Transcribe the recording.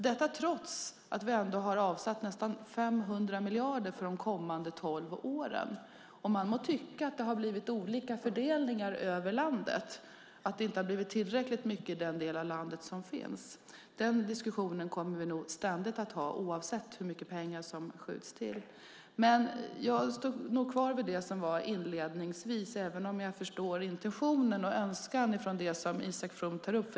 Vi har ändå avsatt nästan 500 miljarder för de kommande tolv åren. Man må tycka att det har blivit olika fördelning över landet och att det inte har blivit tillräckligt mycket i en viss del av landet. Den diskussionen kommer vi nog att ha oavsett hur mycket pengar som skjuts till. Jag står kvar vid det jag sade inledningsvis, även om jag förstår intentionen och önskan i det som Isak From tar upp.